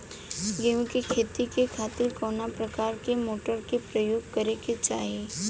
गेहूँ के खेती के खातिर कवना प्रकार के मोटर के प्रयोग करे के चाही?